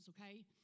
Okay